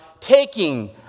taking